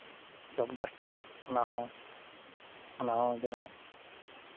ᱪᱚᱠ duster ᱚᱱᱟ ᱦᱚᱸ ᱚᱱᱟ ᱦᱚᱸ ᱡᱮᱱᱚ